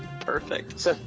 Perfect